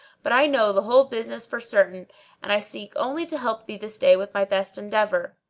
but i know the whole business for certain and i seek only to help thee this day with my best endeavour.